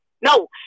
no